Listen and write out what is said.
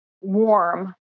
warm